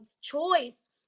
choice